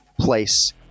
place